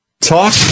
Talk